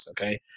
okay